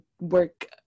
work